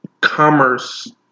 commerce